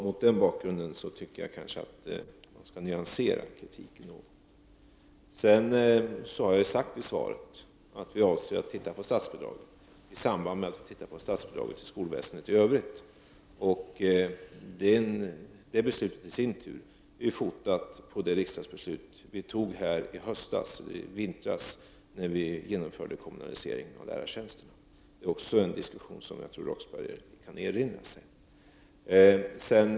Mot den bakgrunden tycker jag att man skall nyansera sin kritik. Jag har vidare i mitt svar sagt att vi avser att se över statsbidraget i samband med att vi går igenom statsbidraget till skolväsendet i övrigt. Detta beslut är i sin tur fotat på det riksdagsbeslut som vi fattade när vi i vintras genomförde kommunaliseringen av lärartjänsterna. Jag tror att Roxbergh kan erinra sig den diskussionen.